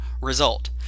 result